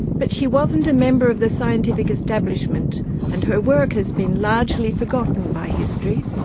but she wasn't a member of the scientific establishment and her work has been largely forgotten by history.